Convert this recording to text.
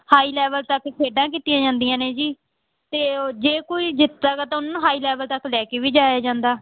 high level ਤੱਕ ਖੇਡਾਂ ਕੀਤੀਆਂ ਜਾਂਦੀਆਂ ਨੇ ਜੀ ਅਤੇ ਓ ਜੇ ਕੋਈ ਜਿੱਤਦਾ ਗਾ ਤਾਂ ਉਹਨਾਂ ਨੂੰ ਹਾਈ ਲੈਵਲ ਤੱਕ ਲੈ ਕੇ ਵੀ ਜਾਇਆ ਜਾਂਦਾ